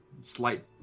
slight